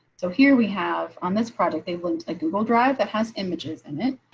so here we have on this project, they will a google drive that has images in it.